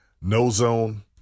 no-zone